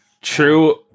True